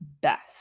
best